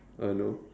uh no